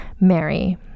Mary